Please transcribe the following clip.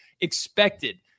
expected